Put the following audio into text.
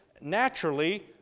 naturally